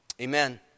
Amen